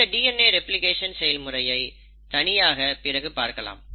இந்த DNA replication செயல்முறையை தனியாக பிறகு பார்க்கலாம்